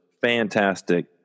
fantastic